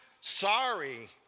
sorry